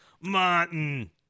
Martin